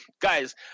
guys